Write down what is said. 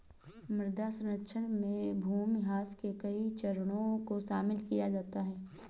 मृदा क्षरण में भूमिह्रास के कई चरणों को शामिल किया जाता है